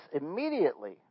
immediately